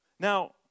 Now